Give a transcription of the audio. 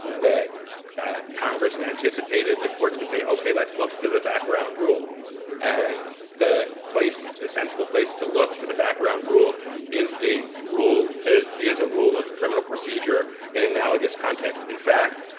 that congress anticipated the courts would say, okay, let's look to the background rule and the place, the sensible place to look to the background rule is the rule is a rule of criminal procedure in analogous contexts. in fact,